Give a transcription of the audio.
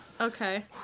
Okay